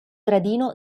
gradino